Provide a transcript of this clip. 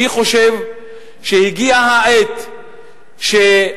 אני חושב שהגיעה העת שהצבא,